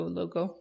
logo